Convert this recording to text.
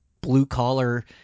blue-collar